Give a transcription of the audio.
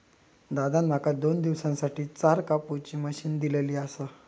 दादान माका दोन दिवसांसाठी चार कापुची मशीन दिलली आसा